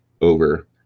over